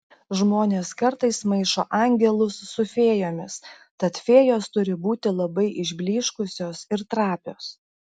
žmonės kartais maišo angelus su fėjomis tad fėjos turi būti labai išblyškusios ir trapios